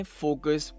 focus